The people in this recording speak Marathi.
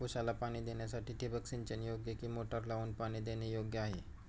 ऊसाला पाणी देण्यासाठी ठिबक सिंचन योग्य कि मोटर लावून पाणी देणे योग्य आहे?